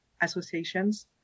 associations